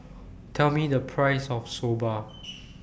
Tell Me The Price of Soba